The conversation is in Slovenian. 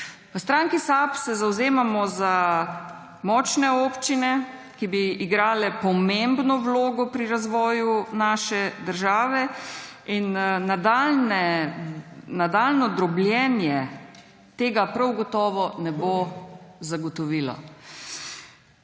V stranki SAB se zavzemamo za močne občine, ki bi igrale pomembno vlogo pri razvoju naše države, in nadaljnje drobljenje tega prav gotovo ne bo zagotovilo.